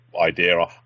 idea